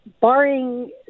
barring